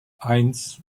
eins